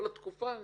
כל התקופה עוצרת.